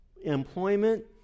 employment